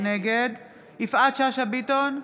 נגד יפעת שאשא ביטון,